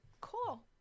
Cool